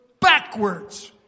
backwards